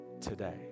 today